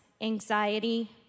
anxiety